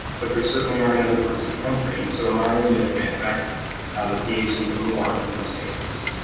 but there certainly are in other parts of the country. and so an ro ah unit may affect ah the ph even more in those cases.